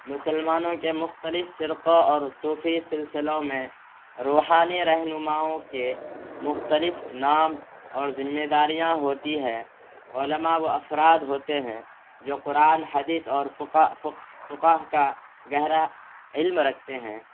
مسلمانوں کے مختلف فرقوں اور صوفی سلسلوں میں روحانی رہنماؤں کے مختلف نام اور ذمہ داریاں ہوتی ہے علماء و افراد ہوتے ہیں جو قرآن حدیث اور فقہ کا گہرا علم رکھتے ہیں